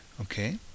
Okay